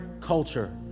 culture